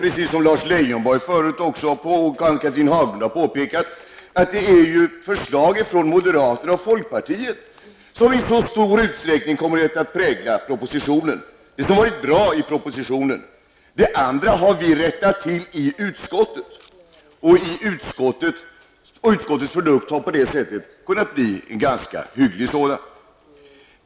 Precis som Lars Leijonborg och Ann-Cathrine Haglund förut har påpekat är det ju förslag från moderaterna och folkpartiet som i så stor utsträckning kommit att prägla propositionen. Det är det som är bra i propositionen. Det andra har vi rättat till i utskottet. Utskottets produkt har på det sättet kunnat bli en ganska hygglig sådan.